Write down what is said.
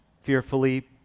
Fearfully